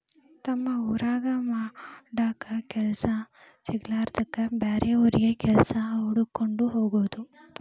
ತಮ್ಮ ಊರಾಗ ಮಾಡಾಕ ಕೆಲಸಾ ಸಿಗಲಾರದ್ದಕ್ಕ ಬ್ಯಾರೆ ಊರಿಗೆ ಕೆಲಸಾ ಹುಡಕ್ಕೊಂಡ ಹೊಗುದು